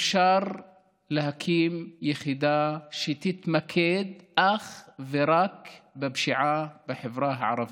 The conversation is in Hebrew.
אפשר להקים יחידה שתתמקד אך ורק בפשיעה בחברה הערבית,